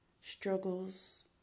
struggles